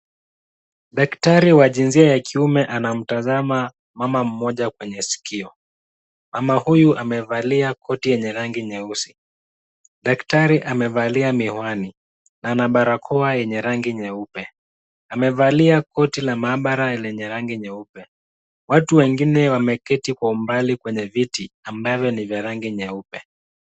Daktari wa jinsia ya kiume anamtazama mama mmoja kwenye sikio. Mama huyu amevalia koti yenye rangi nyeusi. Daktari amevalia miwani na ana barakoa yenye rangi nyeupe. Amevalia koti la maabara lenye rangi nyeupe. Watu wengine wameketi kwa umbali kwenye viti na mbele ni vya rangi nyeupe.